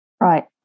Right